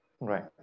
right